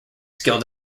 skill